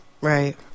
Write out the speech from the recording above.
Right